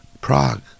Prague